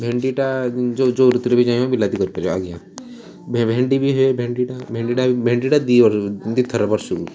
ଭେଣ୍ଡିଟା ଯୋଉ ଯୋଉ ଋତୁରେ ବି ଚାହିଁଲେ ବିଲାତି କରିପାରିବ ଆଜ୍ଞା ଭେଣ୍ଡି ବି ହୁଏ ଭେଣ୍ଡିଟା ଭେଣ୍ଡିଟା ଭେଣ୍ଡିଟା ଦୁଇ ବର୍ଷ ଦୁଇଥର ବର୍ଷକୁ